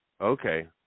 Okay